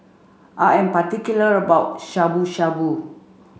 I am particular about Shabu Shabu